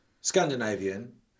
scandinavian